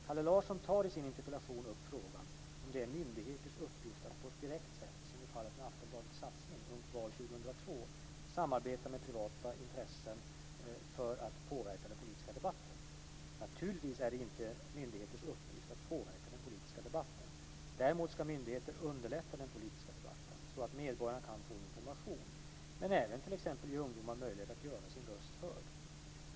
Kalle Larsson tar i sin interpellation upp frågan om det är myndigheters uppgift att på ett direkt sätt, som i fallet med Aftonbladets satsning Ungt val 2002, samarbeta med privata intressenter för att påverka den politiska debatten. Naturligtvis är det inte myndigheters uppgift att påverka den politiska debatten. Däremot ska myndigheter underlätta den politiska debatten, så att medborgarna kan få information, men även t.ex. ge ungdomar möjlighet att göra sin röst hörd.